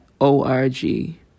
O-R-G